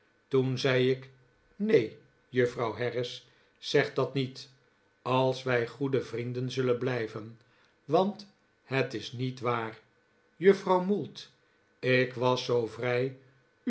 toen zei ik neen juffrouw harris zeg dat niet als wij goede vrienden zullen blijven want dat is niet waar juffrouw mould ik was zoo vrij